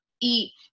eat